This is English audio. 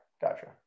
gotcha